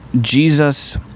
Jesus